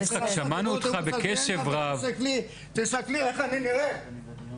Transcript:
תסתכלי איך אני נראה.